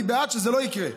אני בעד שזה לא יקרה,